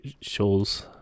shows